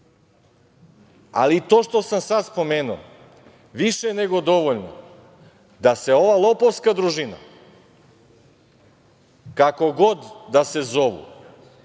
Ali i to što sam sad spomenuo je više nego dovoljno da se ova lopovska družina, kako god da se zovu,